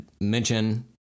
mention